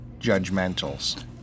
judgmentals